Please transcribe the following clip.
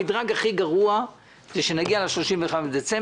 המדרג הכי גרוע הוא שנגיע ל-31 בדצמבר